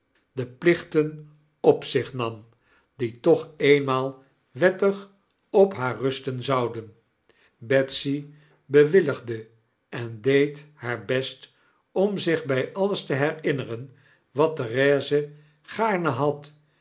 de plichten op zich nam die toch eenmaal wettig op haar rusten zouden betsy bewilligde en deed haar best om zich by alles te herinneren wat therese gaarne had